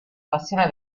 passione